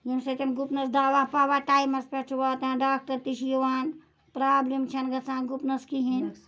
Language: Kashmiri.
ییٚمہِ سۭتۍ گُپنَس دَوا پَوا ٹایمَس پیٚٹھ چھُ واتان ڈاکٹر تہِ چھِ یِوان پرابلم چھنہٕ گَژھان گُپنَس کِہیٖنۍ